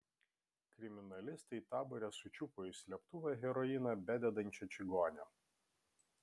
kriminalistai tabore sučiupo į slėptuvę heroiną bededančią čigonę